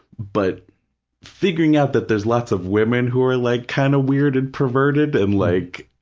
but figuring out that there's lots of women who are like kind of weird and perverted and like,